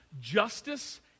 Justice